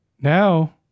now